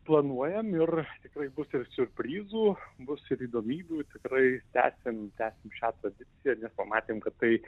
planuojam ir tikrai bus ir siurprizų bus ir įdomybių tikrai tęsėm šia tradiciją pamatėm kad tai